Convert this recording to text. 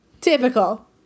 Typical